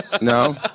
No